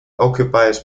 occupies